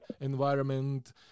environment